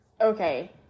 Okay